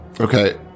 okay